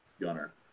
gunner